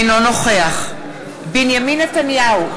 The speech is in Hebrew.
אינו נוכח בנימין נתניהו,